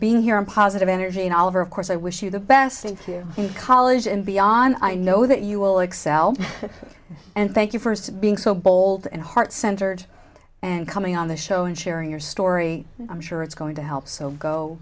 being here and positive energy and all of our of course i wish you the best thank you in college and beyond i know that you will excel and thank you first being so bold and heart centered and coming on the show and sharing your story i'm sure it's going to help so go